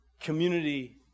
community